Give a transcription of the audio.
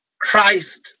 Christ